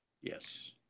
Yes